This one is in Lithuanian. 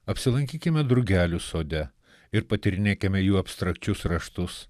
apsilankykime drugelių sode ir patyrinėkime jų abstrakčius raštus